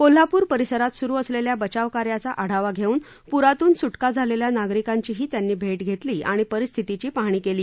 कोल्हापूर परिसरात सुरु असलेल्या बचावकार्याचा आढावा घेऊन पुरातून सुटका झालेल्या नागरिकांचीही त्यांनी भेट घेतली आणि परिस्थितीची पाहणी केली